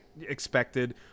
expected